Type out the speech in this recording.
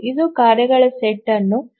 ಇದು ಕಾರ್ಯಗಳ ಸೆಟ್ ಅನ್ನು 0